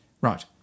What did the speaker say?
Right